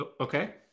Okay